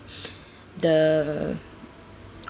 the